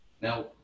Now